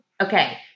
okay